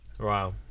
Wow